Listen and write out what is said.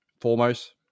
foremost